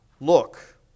look